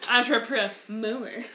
Entrepreneur